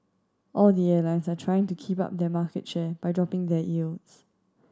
all the airlines are trying to keep up their market share by dropping their yields